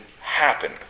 happen